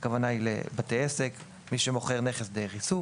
הכוונה היא לבתי עסק; למי שמוכר נכס דרך עיסוק.